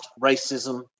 racism